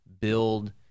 build